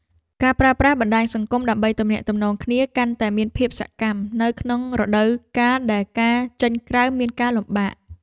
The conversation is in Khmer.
ការប្រើប្រាស់បណ្ដាញសង្គមដើម្បីទំនាក់ទំនងគ្នាកាន់តែមានភាពសកម្មនៅក្នុងរដូវកាលដែលការចេញក្រៅមានការលំបាក។